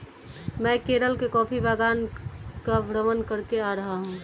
मैं केरल के कॉफी बागान का भ्रमण करके आ रहा हूं